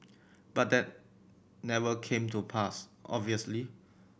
but that never came to pass obviously